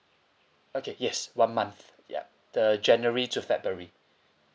okay yes one month yup the january to february